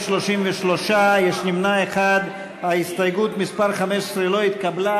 יחימוביץ, יצחק הרצוג, איתן כבל,